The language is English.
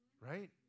Right